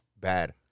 bad